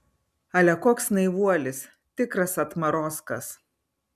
ale koks naivuolis tikras atmarozkas